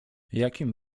jakim